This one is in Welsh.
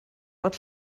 bod